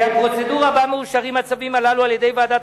כי הפרוצדורה שבה מאושרים הצווים הללו על-ידי ועדת